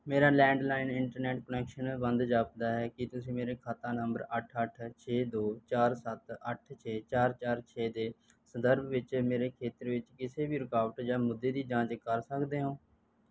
ਮੇਰਾ landline internet connection ਬੰਦ ਜਾਪਦਾ ਹੈ ਕੀ ਤੁਸੀਂ ਮੇਰੇ ਖਾਤਾ ਨੰਬਰ ਅੱਠ ਅੱਠ ਛੇ ਦੋ ਚਾਰ ਸੱਤ ਅੱਠ ਛੇ ਚਾਰ ਚਾਰ ਛੇ ਦੇ ਸੰਦਰਭ ਵਿੱਚ ਮੇਰੇ ਖੇਤਰ ਵਿੱਚ ਕਿਸੇ ਵੀ ਰੁਕਾਵਟ ਜਾਂ ਮੁੱਦੇ ਦੀ ਜਾਂਚ ਕਰ ਸਕਦੇ ਹੋ